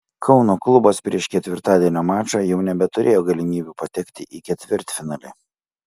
kauno klubas prieš ketvirtadienio mačą jau nebeturėjo galimybių patekti į ketvirtfinalį